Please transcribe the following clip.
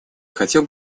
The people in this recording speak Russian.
хотел